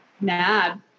mad